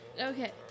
Okay